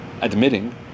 admitting